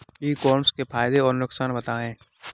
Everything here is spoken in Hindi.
ई कॉमर्स के फायदे और नुकसान बताएँ?